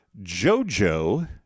jojo